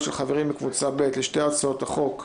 של חברים מקבוצה ב' לשתי הצעות החוק יחד,